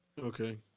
Okay